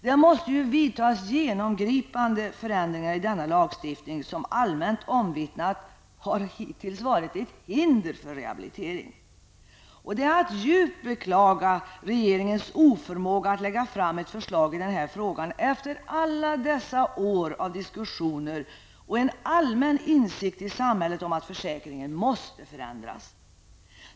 Det måste vidtas genomgripande förändringar i denna lagstiftning som allmänt omvittnat hittills varit ett hinder för rehabilitering. Regeringens oförmåga att lägga fram ett förslag i denna fråga är att djupt beklaga efter alla dessa år av diskussioner och en allmän insikt i samhället om att försäkringen måste förändras.